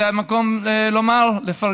זה המקום לפרגן,